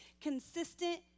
consistent